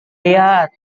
lihat